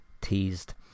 teased